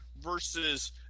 versus